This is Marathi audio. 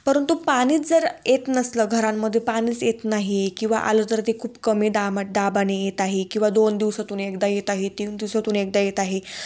परंतु पाणीच जर येत नसलं घरांमध्ये पाणीच येत नाही किंवा आलं तर ते खूप कमी दाम दाबाने येत आहे किंवा दोन दिवसातून एकदा येत आहे तीन दिवसातून एकदा येत आहे